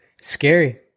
Scary